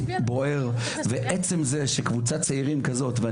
בוער ועצם זה שקבוצת צעירים כזאת,